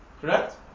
Correct